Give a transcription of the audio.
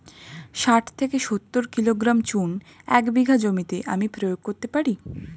শাঠ থেকে সত্তর কিলোগ্রাম চুন এক বিঘা জমিতে আমি প্রয়োগ করতে পারি?